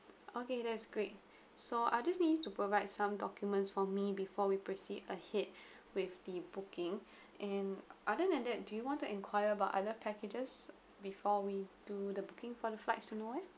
okay that's great so I just you need to provide some documents for me before we proceed ahead with the booking and other than that do you want to enquire about other packages before we do the booking for the flights to nowhere